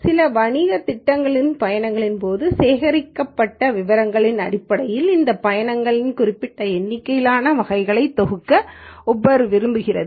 சில வணிகத் திட்டங்களுக்கான பயணங்களின் போது சேகரிக்கப்பட்ட விவரங்களின் அடிப்படையில் இந்த பயணங்களை குறிப்பிட்ட எண்ணிக்கையிலான வகைகளாக தொகுக்க உபெர் விரும்புகிறது